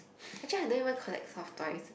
actually I don't even collect soft toys